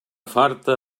farta